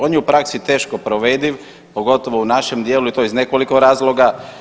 On je u praksi teško provediv, pogotovo u našem dijelu i to iz nekoliko razloga.